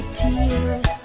tears